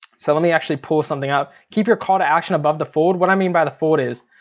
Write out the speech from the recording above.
so let me actually pull something up. keep your call to action above the fold, what i mean by the fold is,